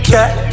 Cat